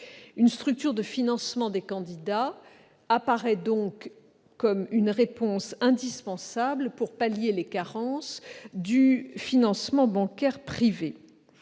Une structure de financement des candidats apparaît donc comme une réponse indispensable pour pallier les carences du financement bancaire privé.